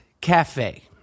cafe